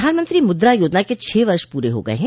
प्रधानमंत्री मुद्रा योजना के छह वर्ष पूरे हो गये हैं